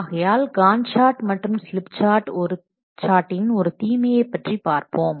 ஆகையால் Gantt chart மற்றும் slip சார்ட்டின் ஒரு தீமையை பற்றி பார்ப்போம்